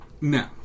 No